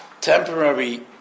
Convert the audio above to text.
Temporary